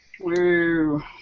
Woo